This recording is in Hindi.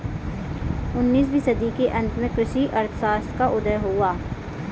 उन्नीस वीं सदी के अंत में कृषि अर्थशास्त्र का उदय हुआ